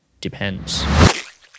depends